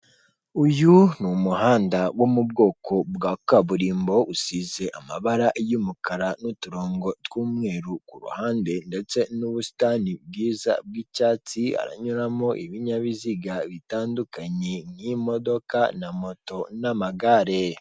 Uyu n'umuhanda wo mu bwoko bwa kaburimbo, usize amabara y'umukara n'uturongo tw'umweru kuruhande, ndetse n'ubusitani bwiza bwi'cyatsi, haranyuramo ibinyabiziga bitandukanye nk'imodoka na moto n'amagare.